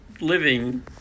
living